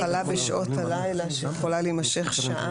החריג של תאורה למשך האכלה בשעות הלילה שיכולה להימשך שעה,